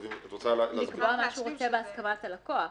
בהסכמת הלקוח.